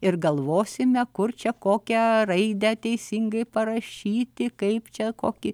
ir galvosime kur čia kokią raidę teisingai parašyti kaip čia kokį